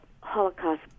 holocaust